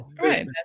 Right